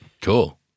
Cool